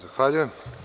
Zahvaljujem.